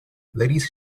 ladies